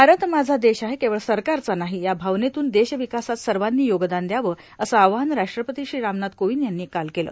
भारत माझा देश आहे केवळ सरकारचा नाही या भावनेतून देशविकासात सर्वांनी योगदान द्यावं असं आवाहन राष्ट्रपती श्री रामनाथ कोविंद यांनी काल केलं